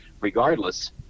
regardless